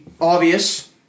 obvious